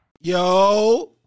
Yo